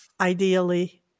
ideally